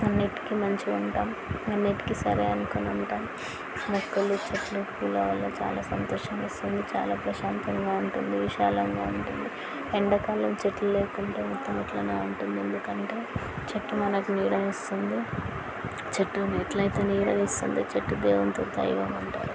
అన్నింటికి మంచిగా ఉంటాం అన్నింటికి సరే అనుకుని ఉంటాం మొక్కలు చెట్లు పొలాలు చాలా సంతోషాన్ని ఇస్తుంది చాలా ప్రశాంతంగా ఉంటుంది విశాలంగా ఉంటుంది ఎండాకాలం చెట్లు లేకుంటే మొత్తం ఇట్లనే ఉంటుంది ఎందుకంటే చెట్టు మనకి నీడని ఇస్తుంది చెట్టు ఎట్లయితే నీడని ఇస్తుందో చెట్టు దేవునితో దైవం అంటారు